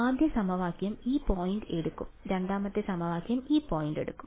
ആദ്യ സമവാക്യം ഈ പോയിന്റ് എടുക്കും രണ്ടാമത്തെ സമവാക്യം ഈ പോയിന്റ് എടുക്കും